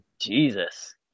Jesus